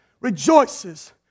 rejoices